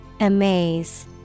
Amaze